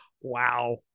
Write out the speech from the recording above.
Wow